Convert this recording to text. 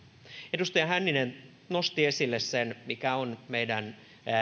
edustaja hänninen nosti esille sen mikä on meidän